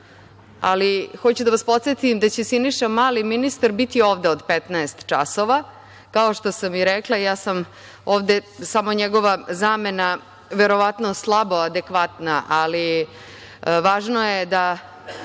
i hoću da vas podsetim da će ministar Siniša Mali biti ovde od 15.00 časova. Kao što sam rekla, ja sam ovde samo njegova zamena, verovatno slabo adekvatna, ali važno je da